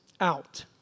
out